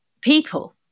people